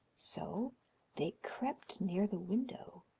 so they crept near the window,